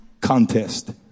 contest